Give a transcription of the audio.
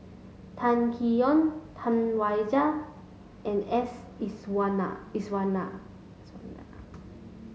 Kam Kee Yong Tam Wai Jia and S Iswaran Iswaran